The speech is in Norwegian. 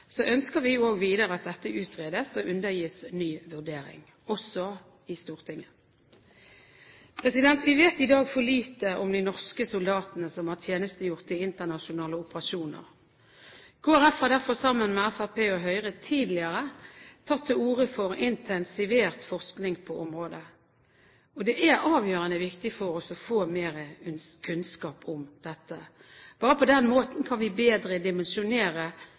ønsker vi også videre at dette utredes og undergis ny vurdering, også i Stortinget. Vi vet i dag for lite om de norske soldatene som har tjenestegjort i internasjonale operasjoner. Kristelig Folkeparti har derfor sammen med Fremskrittspartiet og Høyre tidligere tatt til orde for intensivert forskning på området. Det er avgjørende viktig for oss å få mer kunnskap om dette. Bare på den måten kan vi bedre dimensjonere